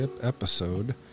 episode